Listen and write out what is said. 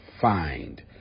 find